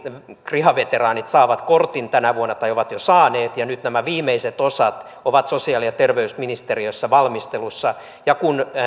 kriha veteraanit saavat kortin tänä vuonna tai ovat jo saaneet ja nyt nämä viimeiset osat ovat sosiaali ja terveysministeriössä valmistelussa kun